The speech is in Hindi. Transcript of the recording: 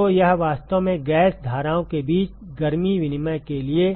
तो यह वास्तव में गैस धाराओं के बीच गर्मी विनिमय के लिए